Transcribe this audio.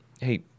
hey